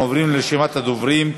אנחנו עוברים לרשימת הדוברים.